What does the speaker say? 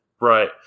Right